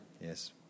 Yes